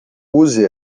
use